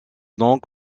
donc